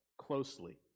closely